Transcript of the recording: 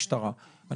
בסדר, סליחה.